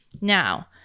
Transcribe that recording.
Now